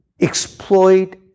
exploit